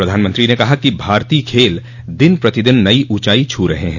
प्रधानमंत्री ने कहा कि भारतीय खेल दिन प्रतिदिन नई ऊंचाई छू रहे हैं